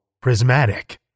Prismatic